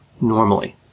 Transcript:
normally